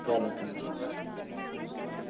چلو ٹھیٖک حظ چھُ